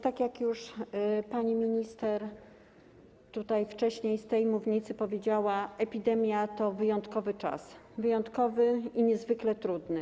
Tak jak pani minister wcześniej z tej mównicy powiedziała, epidemia to wyjątkowy czas, wyjątkowy i niezwykle trudny.